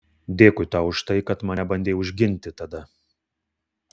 dėkui tau už tai kad mane bandei užginti tada